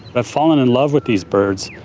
but fallen in love with these birds.